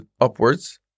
upwards